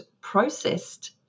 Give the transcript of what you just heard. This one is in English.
processed